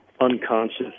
unconscious